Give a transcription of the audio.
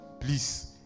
please